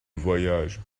voyage